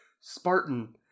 spartan